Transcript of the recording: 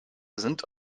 sind